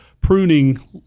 pruning